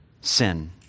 sin